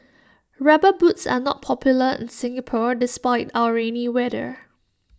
rubber boots are not popular in Singapore despite our rainy weather